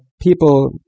people